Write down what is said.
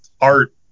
art